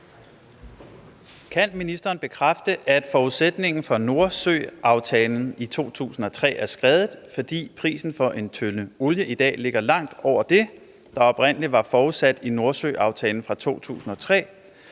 Kan ministeren bekræfte, at forudsætningen for Nordsøaftalen i 2003 er skredet, fordi prisen for 1 td. olie i dag ligger langt over det, der oprindelig var forudsat i Nordsøaftalen fra 2003,